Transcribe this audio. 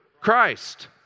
Christ